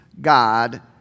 God